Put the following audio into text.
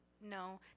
No